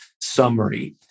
summary